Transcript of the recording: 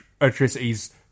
electricity's